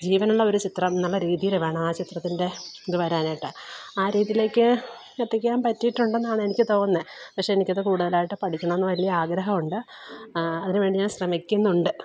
ജീവനുള്ള ഒരു ചിത്രം എന്നുള്ള രീതിയിൽ വേണം ആ ചിത്രത്തിൻ്റെ ഇതു വരാനായിട്ട് ആ രീതിയിലേക്ക് എത്തിക്കാൻ പറ്റിയിട്ടുണ്ടെന്നാണ് എനിക്ക് തോന്നുന്നത് പക്ഷെ എനിക്കത് കുടുതലായിട്ട് പഠിക്കണമെന്നു വലിയ ആഗ്രഹം ഉണ്ട് അതിനുവേണ്ടി ഞാൻ ശ്രമിക്കുന്നുണ്ട്